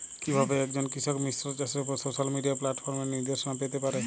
কিভাবে একজন কৃষক মিশ্র চাষের উপর সোশ্যাল মিডিয়া প্ল্যাটফর্মে নির্দেশনা পেতে পারে?